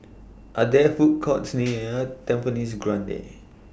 Are There Food Courts near Tampines Grande